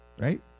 Right